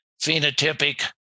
phenotypic